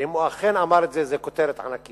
ואם הוא אכן אמר את זה, זה כותרת ענקית.